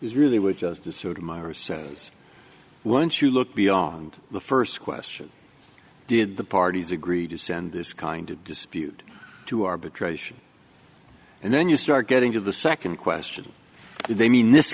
is really we're just the sort of myra's says once you look beyond the first question did the parties agreed to send this kind of dispute to arbitration and then you start getting to the second question they mean this